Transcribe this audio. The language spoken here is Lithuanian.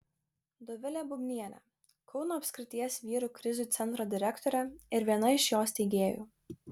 dovilė bubnienė kauno apskrities vyrų krizių centro direktorė ir viena iš jo steigėjų